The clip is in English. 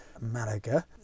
malaga